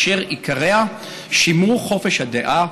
אשר עיקריה שימור חופש הדעה,